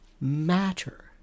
matter